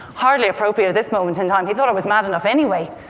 hardly appropriate at this moment in time. he thought i was mad enough anyway.